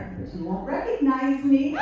you won't recognize